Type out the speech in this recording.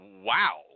Wow